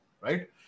right